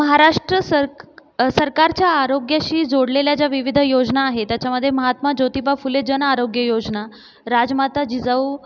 महाराष्ट्र सर सरकारच्या आरोग्याशी जोडलेल्या ज्या विविध योजना आहेत त्याच्यामध्ये महात्मा ज्योतिबा फुले जनआरोग्य योजना राजमाता जिजाऊ